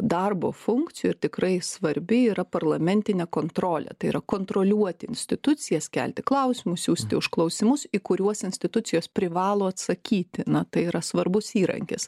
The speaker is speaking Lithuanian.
darbo funkcijų ir tikrai svarbi yra parlamentinė kontrolė tai yra kontroliuoti institucijas kelti klausimus siųsti užklausimus į kuriuos institucijos privalo atsakyti na tai yra svarbus įrankis